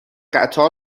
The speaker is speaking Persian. قطار